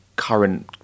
current